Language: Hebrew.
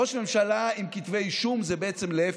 ראש ממשלה עם כתבי אישום זה בעצם להפך,